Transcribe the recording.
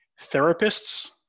Therapists